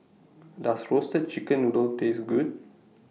Does Roasted Chicken Noodle Taste Good